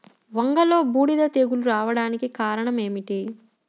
వంగలో బూడిద తెగులు రావడానికి కారణం ఏమిటి?